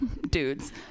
Dudes